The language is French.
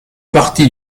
partie